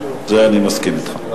זה אני מסכים אתך.